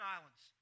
Islands